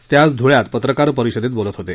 ते आज धुळ्यात पत्रकार परिषदेत बोलत होते